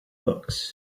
books